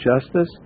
justice